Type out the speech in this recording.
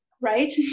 right